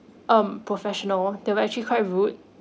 um professional they were actually quite rude